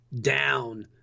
down